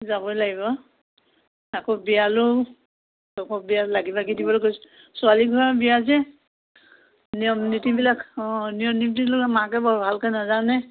যাবই লাগিব আকৌ বিয়ালৈও বিয়াত লাগি ভাগি দিবলৈ কৈছে ছোৱালী ঘৰৰ বিয়া যে নিয়ম নীতিবিলাক অঁ নিয়ম নীতিবিলাক মাকে বৰ ভালকৈ নাজানে